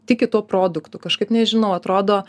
tiki tuo produktu kažkaip nežinau atrodo